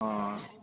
অঁ